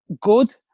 good